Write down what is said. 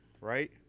right